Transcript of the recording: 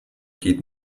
geht